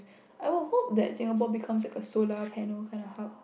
I will hope that Singapore becomes like a solar panel canned hub